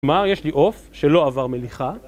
כלומר יש לי עוף שלא עבר מליחה